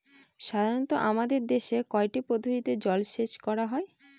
সাধারনত আমাদের দেশে কয়টি পদ্ধতিতে জলসেচ করা হয়?